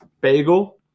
bagel